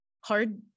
hard